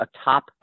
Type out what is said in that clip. atop